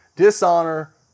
Dishonor